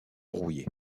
rouillé